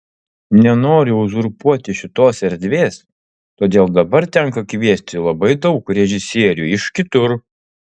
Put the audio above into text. nenoriu uzurpuoti šitos erdvės todėl dabar tenka kviesti labai daug režisierių iš kitur